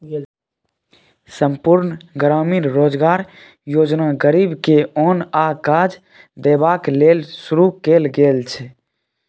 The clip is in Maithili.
संपुर्ण ग्रामीण रोजगार योजना गरीब के ओन आ काज देबाक लेल शुरू कएल गेल छै